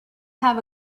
have